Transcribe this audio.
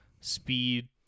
speed